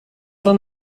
oder